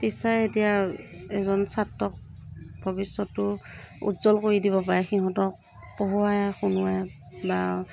টিচাৰে এতিয়া এজন ছাত্ৰক ভৱিষ্যতটো উজ্জ্বল কৰি দিব পাৰে সিহঁতক পঢ়োৱাই শুনোৱাই বাৰু